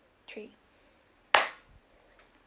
three